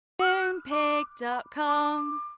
Moonpig.com